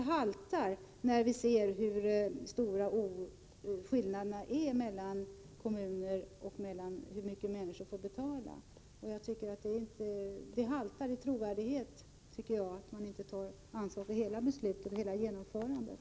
Det haltar när man ser hur stora skillnaderna är mellan kommunerna och i fråga om hur mycket människor får betala. Det brister i trovärdighet när man inte tar ansvar för hela genomförandet.